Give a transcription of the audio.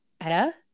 Edda